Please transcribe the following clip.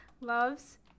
Loves